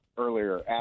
earlier